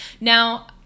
Now